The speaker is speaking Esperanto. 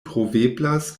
troveblas